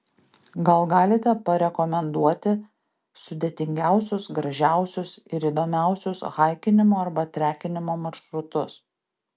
gal galite parekomenduoti sudėtingiausius gražiausius ir įdomiausius haikinimo arba trekinimo maršrutus